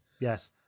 Yes